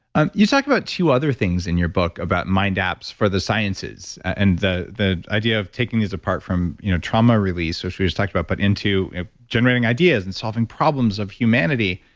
and you talk about two other things in your book about mindapps for the sciences. and the the idea of taking these apart from you know trauma release, which we just talked about, but into generating ideas and solving problems of humanity.